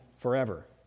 forever